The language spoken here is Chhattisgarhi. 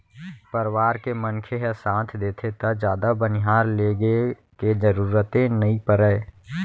परवार के मनखे ह साथ देथे त जादा बनिहार लेगे के जरूरते नइ परय